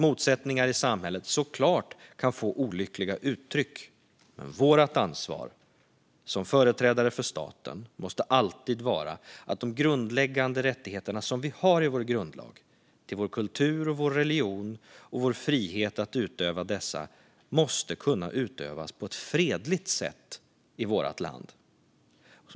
Motsättningar i samhället kan såklart få olyckliga uttryck, men vårt ansvar som företrädare för staten måste alltid vara att de grundläggande rättigheter vi har i vår grundlag - till vår kultur, vår religion och vår frihet att utöva dessa - måste kunna utövas på ett fredligt sätt i vårt land.